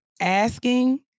asking